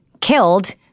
killed